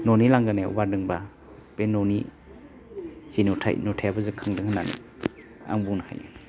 न'नि लांगोनायाव बारदोंबा बे न'नि जि नुथाय बे नुथायाबो जोंखांदों होननानै आं बुंनो हायो